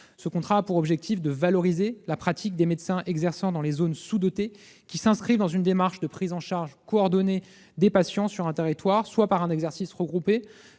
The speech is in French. Ce contrat a pour objectif de valoriser la pratique des médecins exerçant dans les zones sous-dotées qui s'inscrivent dans une démarche de prise en charge coordonnée des patients sur un territoire, soit par un exercice regroupé,